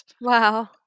Wow